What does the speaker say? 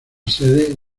sedes